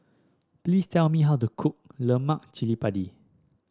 please tell me how to cook Lemak Cili Padi